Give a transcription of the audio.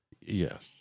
Yes